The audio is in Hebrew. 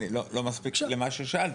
לא מספיק למה ששאלתי.